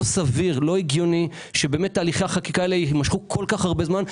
לא סביר ולא הגיוני שהליכי החקיקה האלה יימשכו כל כך הרבה זמן.